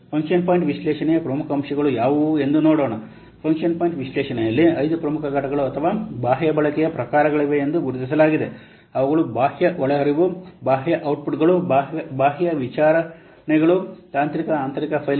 function point ವಿಶ್ಲೇಷಣೆಯ ಪ್ರಮುಖ ಅಂಶಗಳು ಯಾವುವು ಎಂದು ನೋಡೋಣ ಫಂಕ್ಷನ್ ಪಾಯಿಂಟ್ ವಿಶ್ಲೇಷಣೆಯಲ್ಲಿ ಐದು ಪ್ರಮುಖ ಘಟಕಗಳು ಅಥವಾ ಬಾಹ್ಯ ಬಳಕೆಯ ಪ್ರಕಾರಗಳಿವೆ ಎಂದು ಗುರುತಿಸಲಾಗಿದೆ ಅವುಗಳು ಬಾಹ್ಯ ಒಳಹರಿವು ಬಾಹ್ಯ ಔಟ್ಪುಟ್ಗಳು ಬಾಹ್ಯ ವಿಚಾರಣೆಗಳು ತಾರ್ಕಿಕ ಆಂತರಿಕ ಫೈಲ್ಗಳು ಮತ್ತು ಬಾಹ್ಯ ಇಂಟರ್ಫೇಸ್ ಫೈಲ್ಗಳು